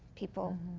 people